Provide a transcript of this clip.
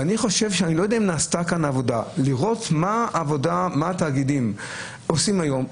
ואני לא יודע אם נעשתה כאן עבודה לראות מה התאגידים עושים היום,